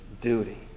duty